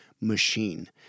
machine